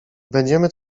będziemy